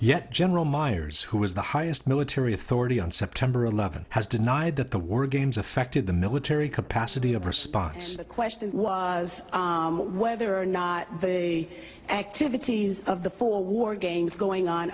yet general myers who is the highest military authority on september eleventh has denied that the war games affected the military capacity of response the question was whether or not the activities of the for war games going on